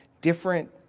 different